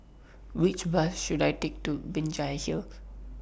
Which Bus should I Take to Binjai Hill